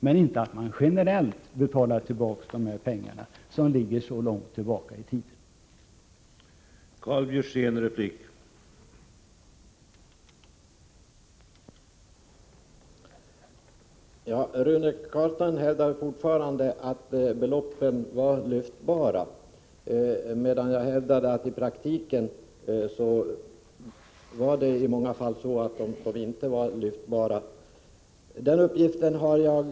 Men man bör inte generellt ersätta förluster som ligger så långt tillbaka i tiden som det här är fråga om.